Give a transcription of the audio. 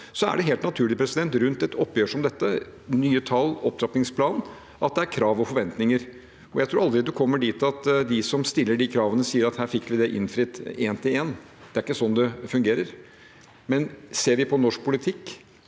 Det er helt naturlig rundt et oppgjør som dette – med nye tall, opptrappingsplan – at det er krav og forventninger. Jeg tror aldri man kommer dit at de som stiller de kravene, sier at her fikk vi det innfridd, én til én. Det er ikke sånn det fungerer. Likevel: Ser vi på norsk politikk